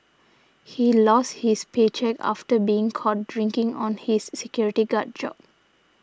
he lost his paycheck after being caught drinking on his security guard job